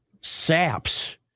saps